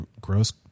gross